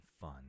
fun